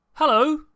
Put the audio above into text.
Hello